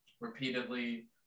repeatedly